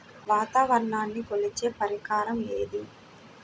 వాతావరణాన్ని కొలిచే పరికరం ఏది?